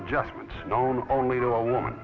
adjustments known only to a woman